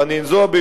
חנין זועבי,